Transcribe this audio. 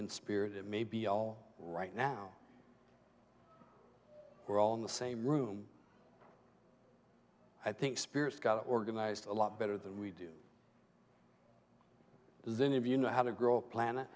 in spirit it may be all right now we're all in the same room i think spirits got organized a lot better than we do then if you know how to grow a planet